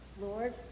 Lord